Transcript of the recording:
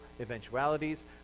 eventualities